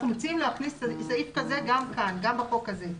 אנחנו מציעים להכניס סעיף כזה גם בהצעת החוק הזאת.